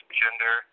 gender